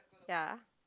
ya